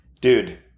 dude